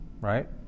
right